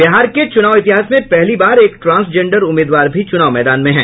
बिहार के चुनाव इतिहास में पहली बार एक ट्रांसजेंडर उम्मीदवार भी चुनाव मैदान में हैं